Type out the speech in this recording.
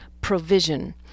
provision